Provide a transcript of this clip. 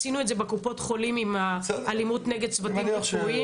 עשינו את זה בקופות החולים עם האלימות נגד צוותים רפואיים,